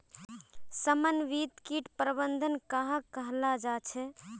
समन्वित किट प्रबंधन कहाक कहाल जाहा झे?